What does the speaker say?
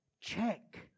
Check